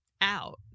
out